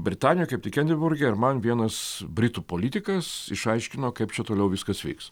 britanijoj kaip tik edinburge ir man vienas britų politikas išaiškino kaip čia toliau viskas vyks